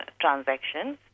transactions